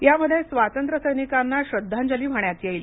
यामध्ये स्वातंत्र्यसैनिकांना श्रद्धांजली वाहण्यात येईल